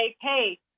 hey